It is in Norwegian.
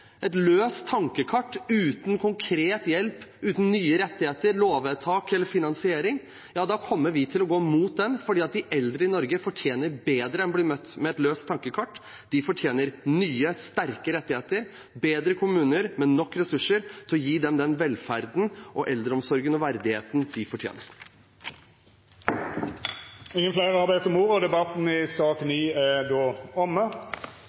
et løst tankekart uten konkret hjelp, uten nye rettigheter, lovvedtak eller finansiering, kommer vi til å gå mot den fordi de eldre i Norge fortjener bedre enn å bli møtt med et løst tankekart. De fortjener nye, sterke rettigheter, bedre kommuner med nok ressurser til å gi dem den velferden, eldreomsorgen og verdigheten de fortjener. Fleire har ikkje bedt om ordet til sak nr. 9. Etter ønske frå helse- og